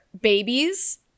babies